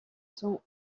sont